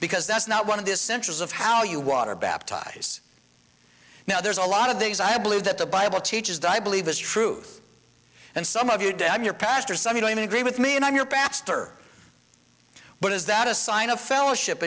because that's not one of these centers of how you water baptize now there's a lot of things i believe that the bible teaches that i believe is truth and some of you day i'm your pastor some you don't even agree with me and i'm your pastor but is that a sign of fellowship